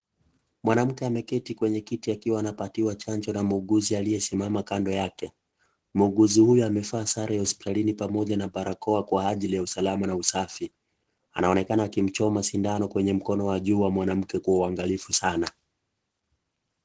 Mwanamke ameketi kwenye kiti akiwa anapatiwa chanjo na muuguzi aliyesimama kando yake, muuguzi huyo amevaa sare ya hospitalini pamoja na barakoa kwa ajili ya usalama na usafi anaonekana akimchoma sindano kwenye mkono wa juu wa mwanamke kwa uangalifu sana.